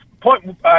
point